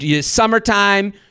Summertime